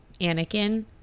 Anakin